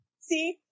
See